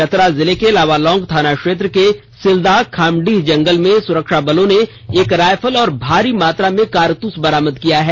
चतरा जिले के लावालौंग थाना क्षेत्र के सिलदाग ंखामडीह जंगल से सुरक्षा बलों ने एक रायफल और भारी मात्रा में कारतूस बरामद किया है